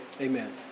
amen